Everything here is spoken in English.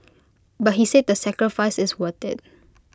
but he said the sacrifice is worth IT